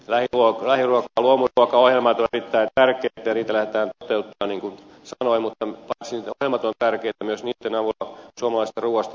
lähiruoka ja luomuruokaohjelmat ovat erittäin tärkeitä ja niitä lähdetään toteuttamaan niin kuin sanoin ja paitsi että ohjelmat ovat tärkeitä niitten avulla myös suomalaisesta ruuasta puhutaan laajemminkin